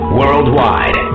worldwide